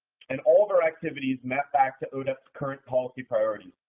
and all of our activities map back to odep's current policy priorities,